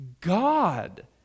God